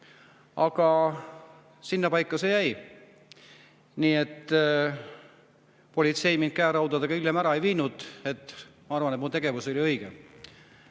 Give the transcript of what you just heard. Aga sinnapaika see jäi. Politsei mind käeraudadega hiljem ära ei viinud. Ma arvan, et mu tegevus oli õige.